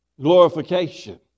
glorification